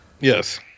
Yes